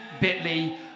bit.ly